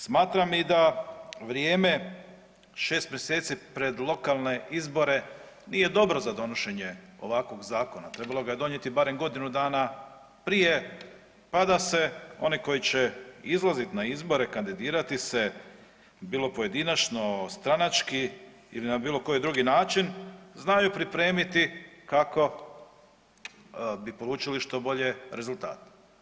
Smatram i da vrijeme 6. mjeseci pred lokalne izbore nije dobro za donošenje ovakvog zakona, trebalo ga je donijeti barem godinu dana prije, pa da se one koji će izlazit na izbore, kandidirati se, bilo pojedinačno, stranački ili na bilo koji drugi način, znaju pripremiti kako bi polučili što bolje rezultate.